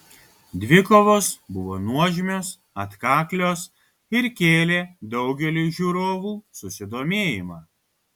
dvikovos buvo nuožmios atkaklios ir kėlė daugeliui žiūrovų susidomėjimą